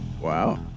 Wow